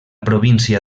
província